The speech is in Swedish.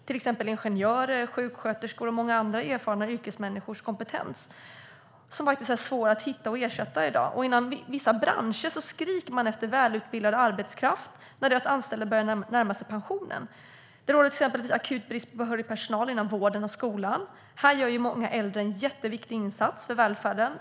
Till exempel är ingenjörers, sjuksköterskors och många andra erfarna yrkesmänniskors kompetens svår att hitta ersättning för i dag. Inom vissa branscher skriker man efter välutbildad arbetskraft när de anställda börjar närma sig pension. Det råder exempelvis en akut brist på behörig personal inom vården och skolan. Här gör många äldre en jätteviktig insats för välfärden.